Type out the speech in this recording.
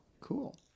cool